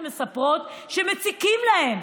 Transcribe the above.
שמספרות שמציקים להם,